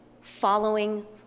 following